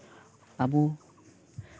ᱟᱹᱵᱚ